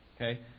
Okay